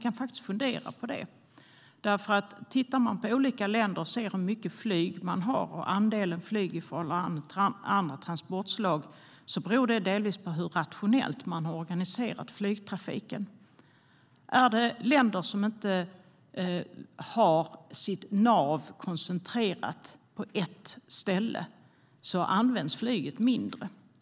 Tittar man på olika länder och ser på andelen flyg i förhållande till andra transportslag som används beror det delvis på hur rationellt man har organiserat flygtrafiken. I länder som inte har sitt nav koncentrerat till ett ställe används flyget mindre.